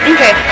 Okay